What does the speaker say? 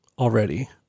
already